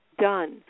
done